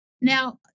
Now